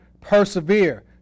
persevere